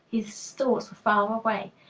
his thoughts were far away.